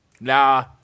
nah